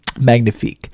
magnifique